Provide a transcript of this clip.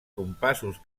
compassos